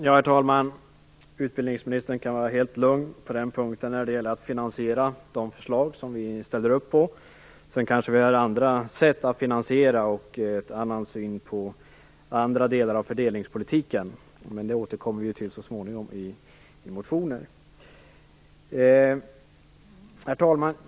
Herr talman! Utbildningsministern kan vara helt lugn när det gäller finansieringen av de förslag som vi ställer upp på. Vi har kanske andra sätt att finansiera dem och en annan syn på andra delar av fördelningspolitiken. Men det återkommer vi ju så småningom till i motioner.